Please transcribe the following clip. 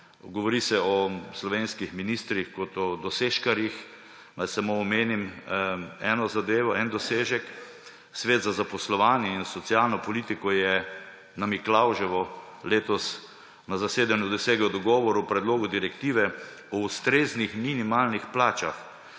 Govori se o slovenskih ministrih kot o dosežkarjih. Naj samo omenim eno zadevo, en dosežek − Svet za zaposlovanje in socialno politiko je na Miklavževo letos na zasedanju dosegel dogovor o predlogu direktive o ustreznih minimalnih plačah.